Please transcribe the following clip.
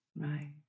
Right